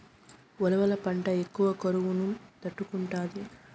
ఉలవల పంట ఎక్కువ కరువును తట్టుకుంటాది